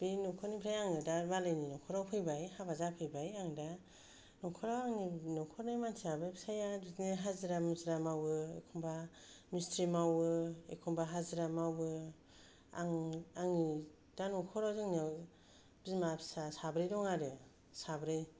बे न'खरनिफ्राय मालायनि न'खराव फैबाय आं दा हाबा जाफैबाय न'खरा आंनि न'खरनि मानसियाबो फिसाइया हाजिरा मुजिरा मावो एखनब्ला मिस्थ्रि मावो एखनब्ला हाजिरा मावो आंनि दा न'खराव जोंनियाव बिमा फिसा साब्रै दं आरो साब्रै